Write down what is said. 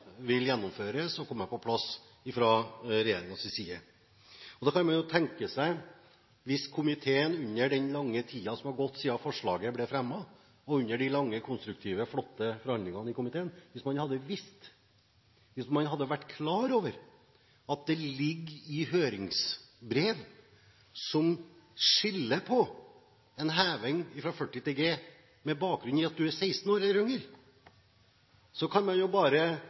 vil gjennomføres og komme på plass fra regjeringens side. Hvis komiteen under den lange tiden som er gått siden forslaget ble fremmet, og under de lange, konstruktive, flotte forhandlingene i komiteen, hadde vært klar over at det i høringsbrev går et skille når det gjelder en heving fra 40 til 60 G, ved dem som er 16 år eller yngre, så kan man jo bare